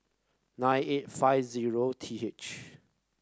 nine eight five zero T H